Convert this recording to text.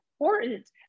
important